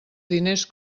diners